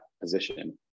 position